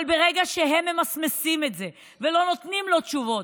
אבל ברגע שהם ממסמסים את זה ולא נותנים לו תשובות,